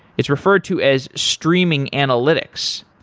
it's referred to as streaming analytics.